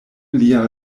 lia